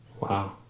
Wow